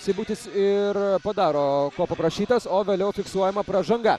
seibutis ir padaro ko paprašytas o vėliau fiksuojama pražanga